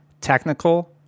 Technical